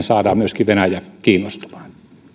saadaan myöskin venäjä kiinnostumaan